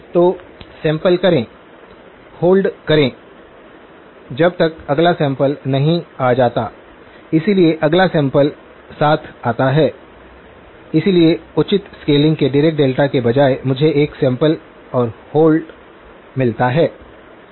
तो सैंपल करें 1024 होल्ड करें जब तक अगला सैंपल नहीं आ जाता इसलिए अगला सैंपल साथ आता है इसलिए उचित स्केलिंग के डीरेक डेल्टा के बजाय मुझे एक सैंपल और होल्ड सर्किट मिलता है